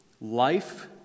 life